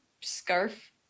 scarf